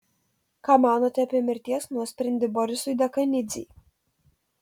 ką manote apie mirties nuosprendį borisui dekanidzei